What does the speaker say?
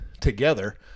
together